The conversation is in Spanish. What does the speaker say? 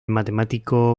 matemático